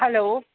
hello